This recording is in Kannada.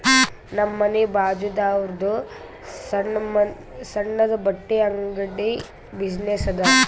ನಮ್ ಮನಿ ಬಾಜುದಾವ್ರುದ್ ಸಣ್ಣುದ ಬಟ್ಟಿ ಅಂಗಡಿ ಬಿಸಿನ್ನೆಸ್ ಅದಾ